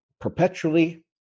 perpetually